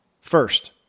first